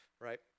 right